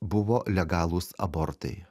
buvo legalūs abortai